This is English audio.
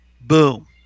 Boom